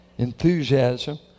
enthusiasm